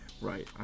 Right